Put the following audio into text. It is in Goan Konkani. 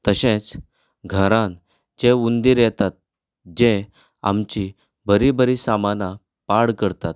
तशेंच घरांत जे उंदीर येतात जे आमचीं बरीं बरीं सामाना पाड करतात